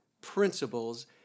principles